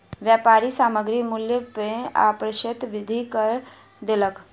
व्यापारी सामग्री मूल्य में अप्रत्याशित वृद्धि कय देलक